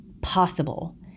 possible